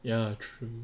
ya true